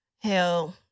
Hell